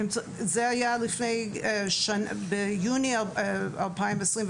זה היה ביוני 2021,